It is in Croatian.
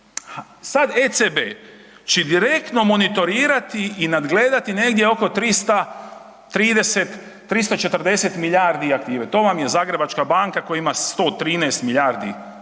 sad ECB će direktno monitorirati i nadgledati negdje oko 330, 340 milijardi aktive. To vam je Zagrebačka banka koja ima 113 milijardi aktivu,